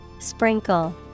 Sprinkle